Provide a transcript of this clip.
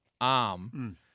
arm